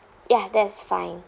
ya that's fine